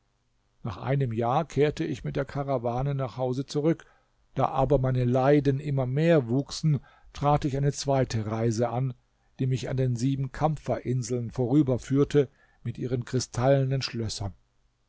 nach einem jahr kehrte ich mit der karawane nach hause zurück da aber meine leiden immer mehr wuchsen trat ich eine zweite reise an die mich an den sieben kampferinseln vorüberführte mit ihren kristallenen schlössern